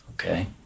Okay